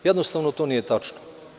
Jednostavno to nije tačno.